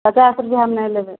पचास रुपैआ हम नहि लेबै